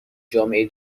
جامعه